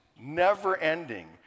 never-ending